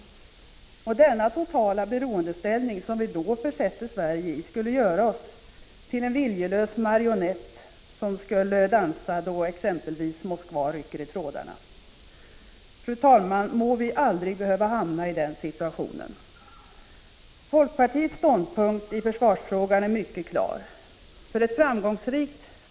Denna totala beroendeställning, som vi då försätter Sverige i, skulle göra oss till viljelösa marionetter, som skulle dansa när exempelvis Moskva rycker i trådarna. Fru talman! Må vi aldrig behöva hamna i den situationen. Folkpartiets ståndpunkt i försvarsfrågan är mycket klar.